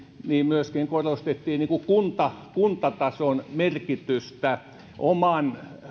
myöskin korostettiin kuntatason merkitystä oman